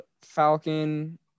Falcon